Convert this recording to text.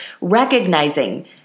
recognizing